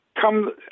come